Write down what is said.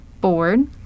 board